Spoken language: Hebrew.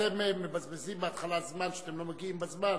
אתם מבזבזים בהתחלה זמן כשאתם לא מגיעים בזמן,